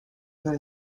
for